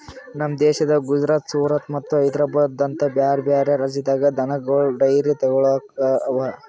ನಮ್ ದೇಶದ ಗುಜರಾತ್, ಸೂರತ್ ಮತ್ತ ಹೈದ್ರಾಬಾದ್ ಅಂತ ಬ್ಯಾರೆ ಬ್ಯಾರೆ ರಾಜ್ಯದಾಗ್ ದನಗೋಳ್ ಡೈರಿ ತಳಿಗೊಳ್ ಅವಾ